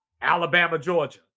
Alabama-Georgia